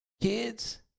kids